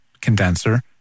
condenser